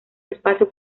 espacio